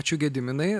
ačiū gediminai